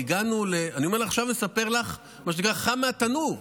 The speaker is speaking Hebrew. אני עכשיו מספר לך מה שנקרא חם מהתנור,